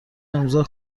امضاء